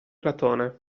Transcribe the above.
platone